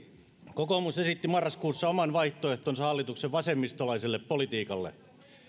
kokoomus esitti marraskuussa oman vaihtoehtonsa hallituksen vasemmistolaiselle politiikalle